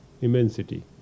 immensity